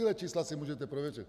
Tahle čísla si můžete prověřit.